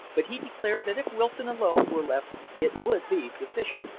but he declared that if wilson alone were left it would be sufficient.